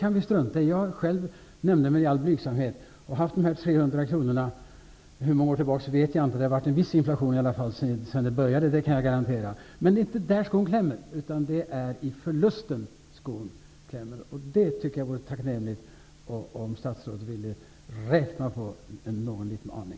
Jag är själv nämndeman och har fått ersättning med dessa 300 kr sedan flera år tillbaka. Men det är inte där som skon klämmer, utan det är fråga om förlusten. Det vore tacknämligt om statsrådet ville räkna på den.